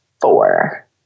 four